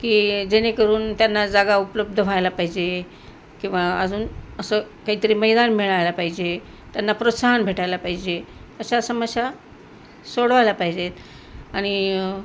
की जेणेकरून त्यांना जागा उपलब्ध व्हायला पाहिजे किंवा अजून असं काहीतरी मैदान मिळायला पाहिजे त्यांना प्रोत्साहन भेटायला पाहिजे अशा समस्या सोडवायला पाहिजेत आणि